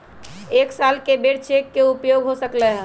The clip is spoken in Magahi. एक साल में कै बेर चेक के उपयोग हो सकल हय